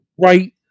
right